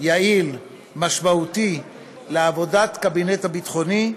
יעיל ומשמעותי לעבודת הקבינט הביטחוני,